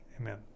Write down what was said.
Amen